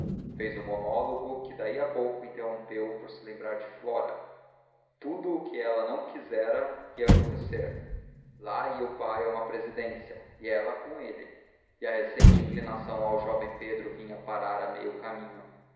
fez um monólogo que daí a pouco interrompeu por se lembrar de flora tudo o que ela não quisera ia acontecer lá ia o pai a uma presidência e ela com ele e a recente inclinação ao jovem pedro vinha parar a meio caminho